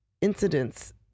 incidents